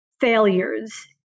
failures